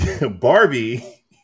Barbie